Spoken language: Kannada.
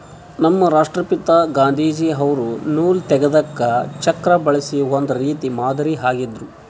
ನಮ್ ರಾಷ್ಟ್ರಪಿತಾ ಗಾಂಧೀಜಿ ಅವ್ರು ನೂಲ್ ತೆಗೆದಕ್ ಚಕ್ರಾ ಬಳಸಿ ಒಂದ್ ರೀತಿ ಮಾದರಿ ಆಗಿದ್ರು